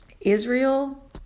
Israel